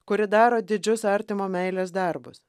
kuri daro didžius artimo meilės darbus